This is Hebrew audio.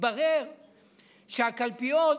התברר שבקלפיות,